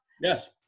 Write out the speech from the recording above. yes